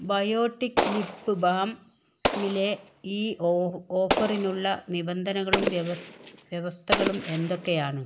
biotic lip ബാമിലെ ഈ ഓഫറിനുള്ള നിബന്ധനകളും വ്യവസ്ഥകളും എന്തൊക്കെയാണ്